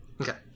Okay